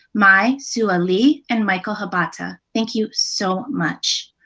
mai, sua lee, and michael habata. thank you so much.